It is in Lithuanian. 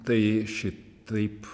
tai šitaip